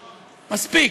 מספיק.